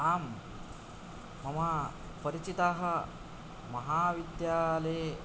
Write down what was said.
आम् मम परिचिताः महाविद्यालये